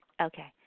Okay